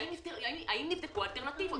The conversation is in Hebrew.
האם נבדקו אלטרנטיבות?